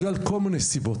ובגלל כל מיני סיבות,